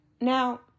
Now